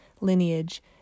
lineage